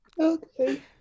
Okay